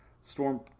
storm